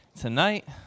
tonight